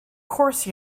course